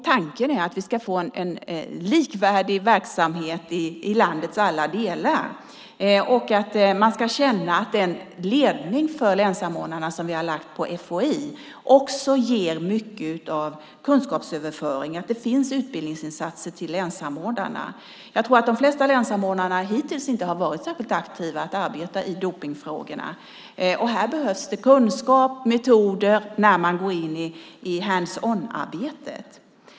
Tanken är att vi ska få en likvärdig verksamhet i landets alla delar och att man ska känna att ledningen för länssamordnarna, som vi har lagt på FHI, också bidrar med mycket kunskapsöverföring och till att det finns utbildningsinsatser riktade till länssamordnarna. Jag tror att de flesta länssamordnarna hittills inte har varit särskilt aktiva i arbetet med dopningsfrågorna. Här behövs det kunskap och metoder när man går in i hands-on-arbetet.